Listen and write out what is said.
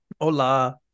Hola